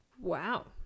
Wow